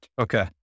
Okay